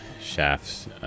Shaft's